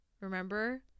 Remember